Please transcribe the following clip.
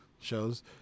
shows